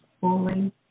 fully